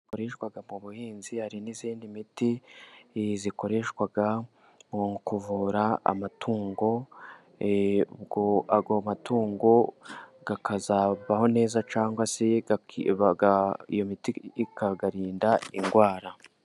Iyi ni imiti ikorereshwa mu buhinzi. Hari n'indi miti ikoreshwa mu kuvura amatungo, ubwo ayo matungo akazabaho neza cyangwa se iyo miti ikayarinda indwara.